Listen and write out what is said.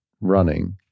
running